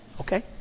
Okay